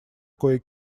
кое